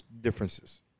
differences